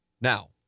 Now